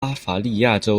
巴伐利亚州